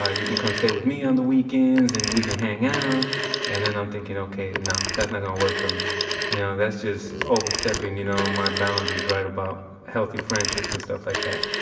ah you can come stay with me on the weekends and we can hang out and then i'm thinking, okay, no. that's not gonna work for me you know that's just overstepping you know my boundaries about healthy friendships and stuff like that.